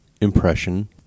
impression